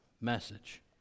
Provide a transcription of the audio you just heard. message